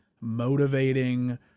motivating